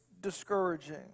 discouraging